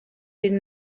been